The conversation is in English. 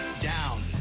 down